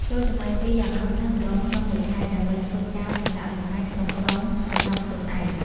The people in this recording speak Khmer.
ចូរចំណាយពេលយ៉ាងហោចណាស់ម្តងក្នុងមួយខែ ដើម្បីធ្វើការសម្រាកលំហែ ក្នុងក្រុងសម្រាប់ខ្លួនឯង។